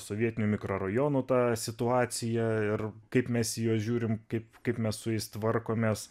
sovietinių mikrorajonų tą situaciją ir kaip mes į juos žiūrim kaip kaip mes su jais tvarkomės